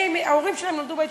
ההורים שלהם נולדו באתיופיה.